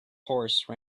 horse